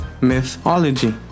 mythology